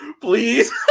Please